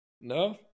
No